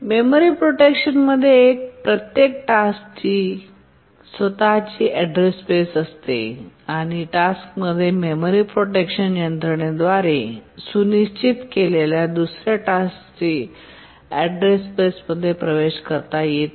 memory प्रोटेक्शनमध्ये प्रत्येक टास्कची स्वतःची ऍड्रेस स्पेस असते आणि टास्कमध्ये मेमरी प्रोटेक्शन यंत्रणेद्वारे सुनिश्चित केलेल्या दुसर्या टास्कच्या अॅड्रेस स्पेसमध्ये प्रवेश करता येत नाही